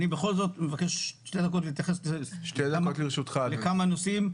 בכל זאת אני מבקש שתי דקות כדי להתייחס לכמה נושאים,